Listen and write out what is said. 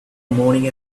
morning